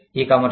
e commerce